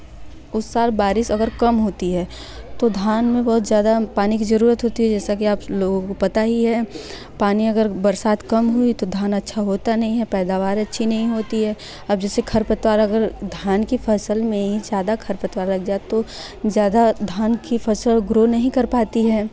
उस साल बारिश अगर कम होती है तो धान में बहुत ज़्यादा पानी की ज़रूरत होती है जैसा कि आप लोगों को पता ही है पानी अगर बरसात कम हुई तो धान अच्छा होता नहीं है पैदावार अच्छी नहीं होती है अब जैसे खरपतवार अगर धान की फ़सल में ही ज़्यादा खरपतवार लग जाए तो ज़्यादा धान की फसलों ग्रो नहीं कर पाती है